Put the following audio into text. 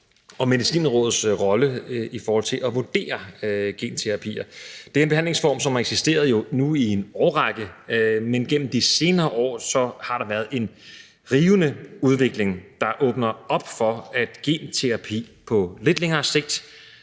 og Medicinrådets rolle i forhold til at vurdere genterapier. Det er jo en behandlingsform, som har eksisteret nu i en årrække, men gennem de senere år har der været en rivende udvikling, der åbner op for, at genterapi på lidt længere sigt